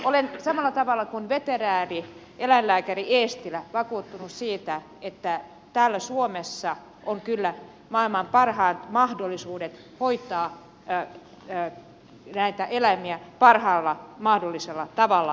olen samalla tavalla kuin veterinääri eläinlääkäri eestilä vakuuttunut siitä että täällä suomessa on kyllä maailman parhaat mahdollisuudet hoitaa näitä eläimiä parhaalla mahdollisella tavalla